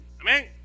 Amen